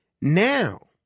Now